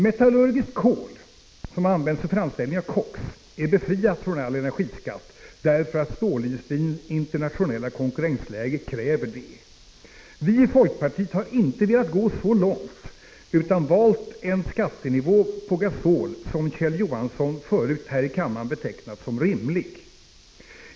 Metallurgiskt kol, som används för framställning av koks, är befriat från all energiskatt därför att stålindustrins internationella konkurrensläge kräver det. Vi i folkpartiet har inte velat gå så långt utan har valt en skattenivå på gasol som Kjell Johansson förut här i kammaren betecknat som rimlig.